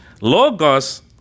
Logos